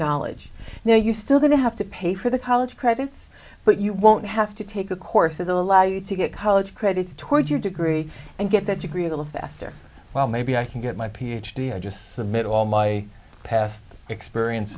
knowledge now you're still going to have to pay for the college credits but you won't have to take a course as allow you to get college credits toward your degree and get that degree a little faster while maybe i can get my ph d i just submit all my past experience